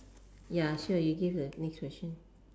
ya sure you give the next question